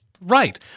Right